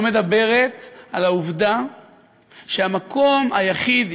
לא מדברת על העובדה שהמקום היחיד,